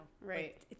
right